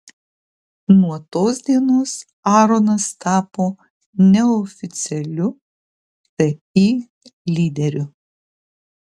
nuo tos dienos aronas tapo neoficialiu ti lyderiu